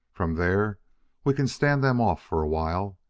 from there we can stand them off for a while.